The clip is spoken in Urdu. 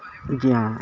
جی ہاں